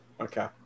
Okay